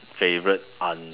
favourite un~